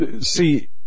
see